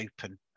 open